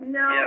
no